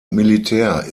militär